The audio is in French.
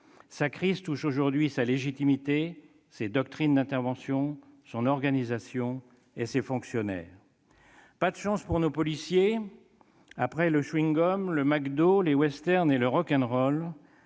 Sa crise touche aujourd'hui sa légitimité, ses doctrines d'intervention, son organisation et ses fonctionnaires. Pas de chance pour nos policiers : après le chewing-gum, le McDo, les westerns et le rock'n'roll,